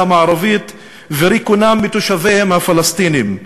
המערבית וריקונם מתושביהם הפלסטינים,